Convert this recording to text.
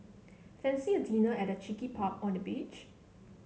fancy a dinner at a cheeky pub on the beach